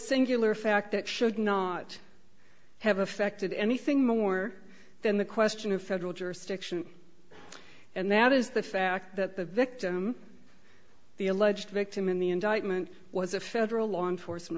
singular fact that should not have affected anything more than the question of federal jurisdiction and that is the fact that the victim the alleged victim in the indictment was a federal law enforcement